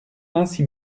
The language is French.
ainsi